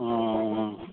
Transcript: ᱚᱸᱻ